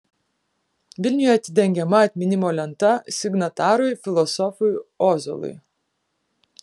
vilniuje atidengiama atminimo lenta signatarui filosofui ozolui